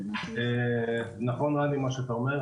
נכון מה שרני אומר.